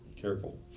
Careful